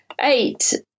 eight